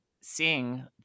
seeing